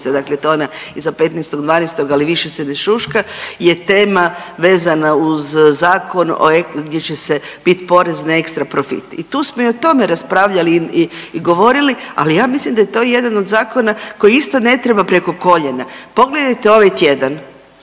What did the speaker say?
dakle to je ona iza 15.12., ali više se ne šuška je tema vezana uz zakon o gdje će se biti porez na ekstra profit. I tu smo i o tome raspravljali i govorili, ali ja mislim da je to jedan od zakona koji isto ne treba preko koljena. Pogledajte ovaj tjedan.